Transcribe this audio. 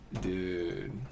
dude